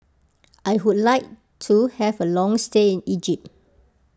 I would like to have a long stay in Egypt